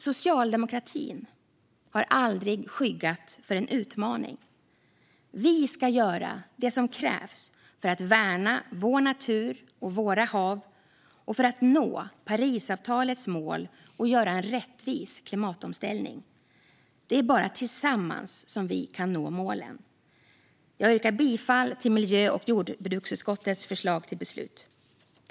Socialdemokratin har aldrig skyggat för en utmaning. Vi ska göra det som krävs för att värna vår natur och våra hav och för att nå Parisavtalets mål och göra en rättvis klimatomställning. Det är bara tillsammans som vi kan nå målen. Jag yrkar bifall till miljö och jordbruksutskottets förslag till beslut.